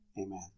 Amen